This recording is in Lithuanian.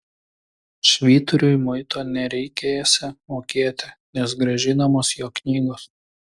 švyturiui muito nereikėsią mokėti nes grąžinamos jo knygos